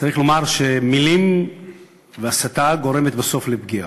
צריך לומר שמילים והסתה גורמות בסוף לפגיעה.